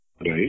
right